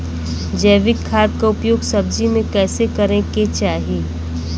जैविक खाद क उपयोग सब्जी में कैसे करे के चाही?